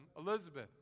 Elizabeth